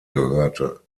gehörte